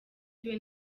siwe